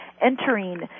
entering